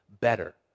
better